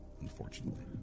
Unfortunately